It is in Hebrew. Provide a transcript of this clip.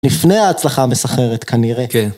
לפני ההצלחה המסחררת, כנראה.